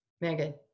Megan